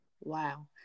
wow